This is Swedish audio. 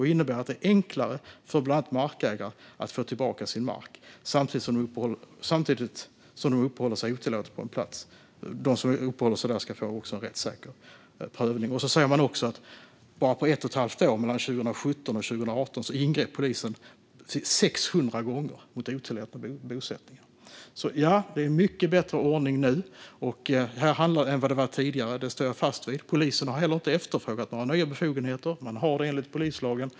De ska "göra det enklare för bl.a. markägare att få tillbaka besittningen till sin mark samtidigt som de som uppehåller sig på platsen tillförsäkras en rättssäker process". Man säger också att på bara 1 1⁄2 år, mellan 2017 och 2018, ingrep polisen 600 gånger mot otillåtna bosättningar. Det är alltså mycket bättre ordning nu än det var tidigare. Det står jag fast vid. Polisen har heller inte efterfrågat några nya befogenheter än de man har enligt polislagen.